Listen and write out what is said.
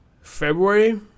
February